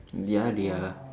ya they are